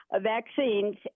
vaccines